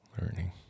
Learning